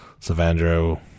Savandro